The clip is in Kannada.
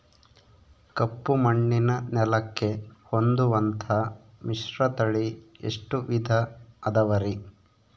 ಕಪ್ಪುಮಣ್ಣಿನ ನೆಲಕ್ಕೆ ಹೊಂದುವಂಥ ಮಿಶ್ರತಳಿ ಎಷ್ಟು ವಿಧ ಅದವರಿ?